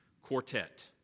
Quartet